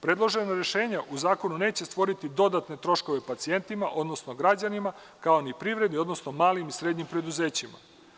Predloženo rešenje u zakonu neće stvoriti dodatne troškove pacijentima, odnosno građanima kao ni privredi, odnosno malim i srednjim preduzećima.